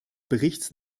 berichts